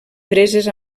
preses